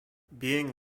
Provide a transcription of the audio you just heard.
being